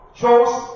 chose